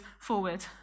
forward